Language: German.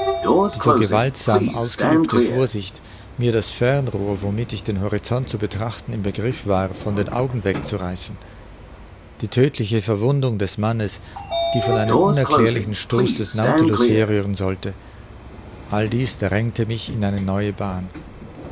die so gewaltsam ausgeübte vorsicht mir das fernrohr womit ich den horizont zu betrachten im begriff war von den augen wegzureißen die tödtliche verwundung des mannes die von einem unerklärlichen stoß des nautilus herrühren sollte alles dies drängte mich in eine neue bahn